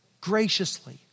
graciously